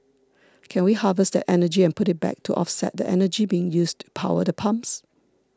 can we harvest that energy and put it back to offset the energy being used power the pumps